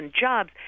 jobs